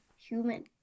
human